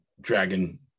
Dragon